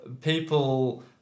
People